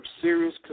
serious